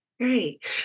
Great